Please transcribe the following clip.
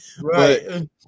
Right